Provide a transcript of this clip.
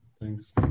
Thanks